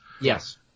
Yes